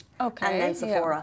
Okay